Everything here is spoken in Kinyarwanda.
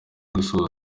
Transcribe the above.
gusozwa